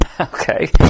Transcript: Okay